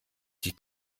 die